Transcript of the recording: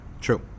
True